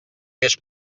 més